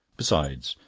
besides,